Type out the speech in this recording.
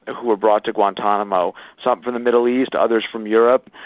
and who were brought to guantanamo, some from the middle east, others from europe,